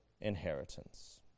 inheritance